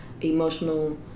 emotional